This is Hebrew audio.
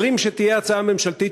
אומרים שתהיה הצעה ממשלתית,